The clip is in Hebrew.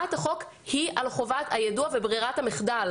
הצעת החוק היא על חובת היידוע וברירת המחדל.